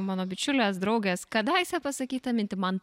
mano bičiulės draugės kadaise pasakytą mintį man